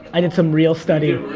i did some real studying.